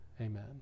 Amen